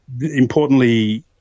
importantly